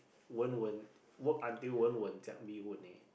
Wen-Wen work until wen wen jiak bee hoon eh